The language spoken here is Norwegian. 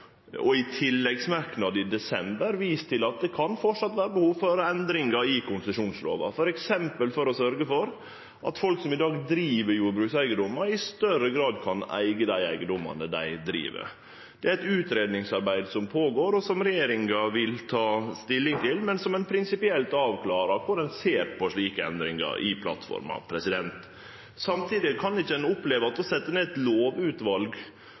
og i tilleggsmerknad i desember, vist til at det framleis kan vere behov for endringar i konsesjonslova, f.eks. for å sørgje for at folk som i dag driv jordbrukseigedomar, i større grad kan eige dei eigedomane dei driv. Det er eit utgreiingsarbeid i gang som regjeringa vil ta stilling til, men som ein prinsipielt avklarar, og der ein ser på slike endringar i plattforma. Samtidig kan ein ikkje oppleve det å setje ned eit lovutval